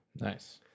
Nice